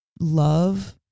love